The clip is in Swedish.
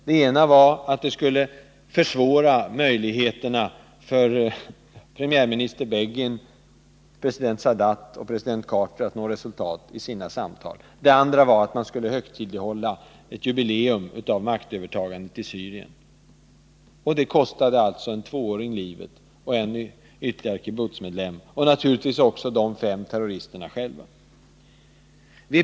Det ena motivet var att det skulle försvåra för 9 premiärminister Begin, president Sadat och president Carter att nå resultat vid sina samtal. Det andra motivet var att man skulle högtidlighålla ett jubileum av maktövertagandet i Syrien. Och det kostade alltså en tvååring, ytterligare en kibbutzmedlem och naturligtvis också de fem terroristerna själva livet.